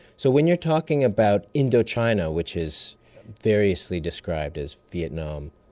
so when you're talking about indochina which is variously described as vietnam,